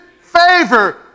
favor